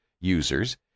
users